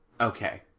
Okay